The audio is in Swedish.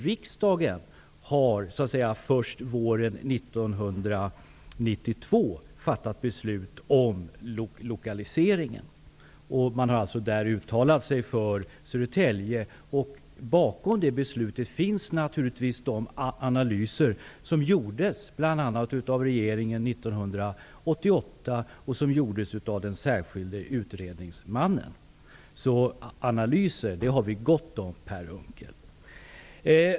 Riksdagen har först våren 1992 fattat beslut om lokaliseringen och därvid uttalat sig för Södertälje. Bakom det beslutet ligger naturligtvis de analyser som gjordes av regeringen 1988 och av den särskilda utredningsmannen. Analyser har vi alltså gott om, Per Unckel.